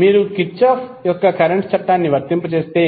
మీరు కిర్చోఫ్ యొక్క కరెంట్ చట్టాన్ని వర్తింపజేస్తే